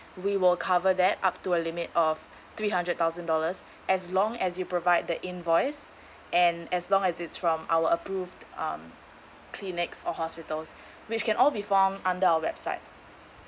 we will cover that up to a limit of three hundred thousand dollars as long as you provide the invoice and as long as it's from our approved um clinics or hospitals which can all be found under our website